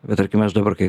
bet tarkim aš dabar kai